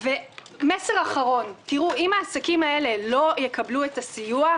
מסר אחרון: אם העסקים האלה לא יקבלו סיוע,